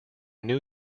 new